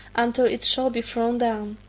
until it shall be thrown down.